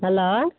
hello